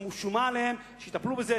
וחזקה עליהם שיטפלו בזה,